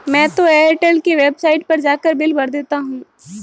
मैं तो एयरटेल के वेबसाइट पर जाकर बिल भर देता हूं